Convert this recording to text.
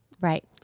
Right